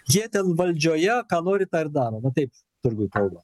jie ten valdžioje ką nori tą ir daro na taip turguj kalba